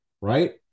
right